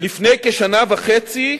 לפני כשנה וחצי,